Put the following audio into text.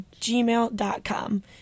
gmail.com